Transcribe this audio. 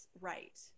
right